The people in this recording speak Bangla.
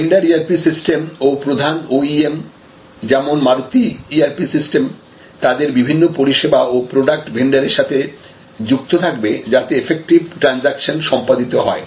ভেন্ডার ERP সিস্টেম ও প্রধান OEM যেমন মারুতি ERP সিস্টেম তাদের বিভিন্ন পরিষেবা ও প্রোডাক্ট ভেন্ডারের সঙ্গে যুক্ত থাকবে যাতে এফেকটিভ ট্রানজেকশন সম্পাদিত হয়